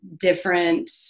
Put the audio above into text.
different